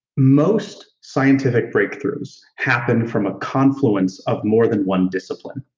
most scientific breakthroughs happen from a confluence of more than one discipline,